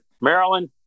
Maryland